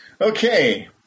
Okay